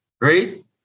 right